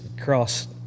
cross